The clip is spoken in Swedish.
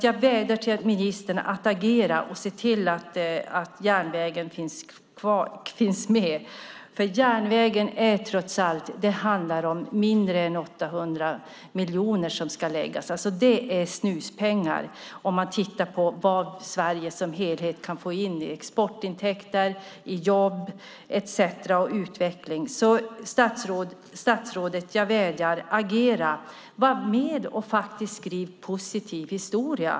Jag vädjar till ministern att agera och se till att denna järnväg finns med. Det handlar om mindre än 800 miljoner. Det är snuspengar när man tänker på vad Sverige som helhet kan få in i exportintäkter, jobb, utveckling etcetera. Jag vädjar, statsrådet: Agera, var med och skriv positiv historia!